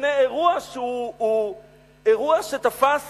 לפני אירוע שהוא אירוע שתפס